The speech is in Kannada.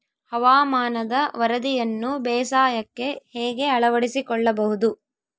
ಹವಾಮಾನದ ವರದಿಯನ್ನು ಬೇಸಾಯಕ್ಕೆ ಹೇಗೆ ಅಳವಡಿಸಿಕೊಳ್ಳಬಹುದು?